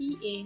PA